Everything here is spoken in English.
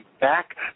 back